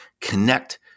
connect